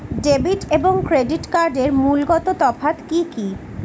Debit এবং credit কার্ডের মূলগত তফাত কি কী?